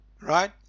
right